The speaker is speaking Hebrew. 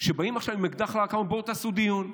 שבו באים עכשיו עם אקדח לרקה ואומרים: בואו תעשו דיון.